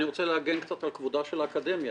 אני רוצה להגן קצת על כבודה של האקדמיה